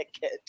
catch